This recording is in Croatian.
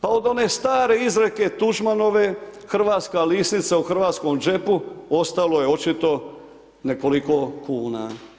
Pa od one stare izreke Tuđmanove hrvatska lisnica u hrvatskom džepu, ostalo je očito nekoliko kuna.